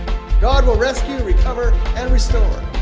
god will rescue, recover, and restore.